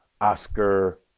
Oscar